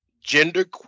gender